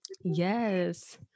Yes